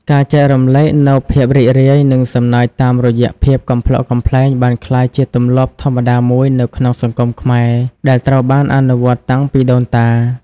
ការចែករំលែកនូវភាពរីករាយ និងសំណើចតាមរយៈភាពកំប្លុកកំប្លែងបានក្លាយជាទម្លាប់ធម្មតាមួយនៅក្នុងសង្គមខ្មែរដែលត្រូវបានអនុវត្តតាំងពីដូនតា។